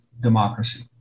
democracy